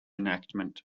enactment